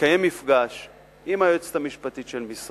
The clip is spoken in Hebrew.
לקיים מפגש עם היועצת המשפטית של משרדי.